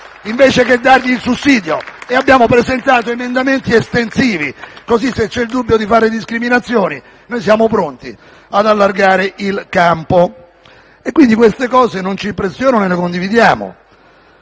*(Applausi dal Gruppo FI-BP)*. Abbiamo presentato emendamenti estensivi, così se c'è il dubbio di fare discriminazioni noi siamo pronti ad allargare il campo. Queste cose non ci impressionano e le condividiamo.